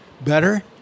better